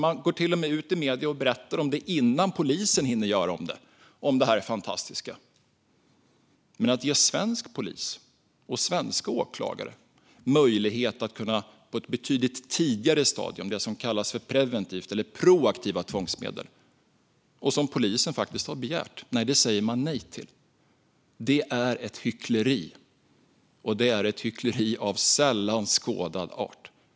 Man går till och med ut i medier och berättar om detta fantastiska innan polisen hinner göra det. Men att ge svensk polis och svenska åklagare möjlighet att på ett betydligt tidigare stadium använda det som kallas för preventiva eller proaktiva tvångsmedel och som polisen faktiskt har begärt säger man nej till. Det är ett hyckleri av sällan skådad art.